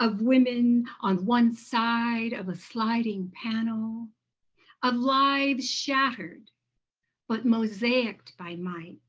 of women on one side of a sliding panel of lives shattered but mosaiced by might